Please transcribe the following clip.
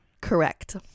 Correct